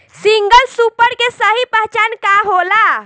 Single super के सही पहचान का होला?